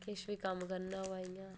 किश बी कम्म करना होऐ इ'यां